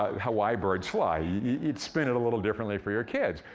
why birds fly you'd spin it a little differently for your kids.